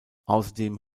außerdem